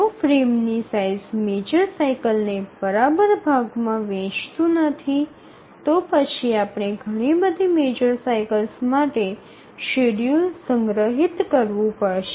જો ફ્રેમની size major સાઇકલને બરાબર ભાગ માં વહેચતું નથી તો પછી આપણે ઘણી બધી મેજર સાઇકલસ્ માટે શેડ્યૂલ સંગ્રહિત કરવું પડશે